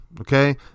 Okay